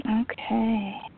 Okay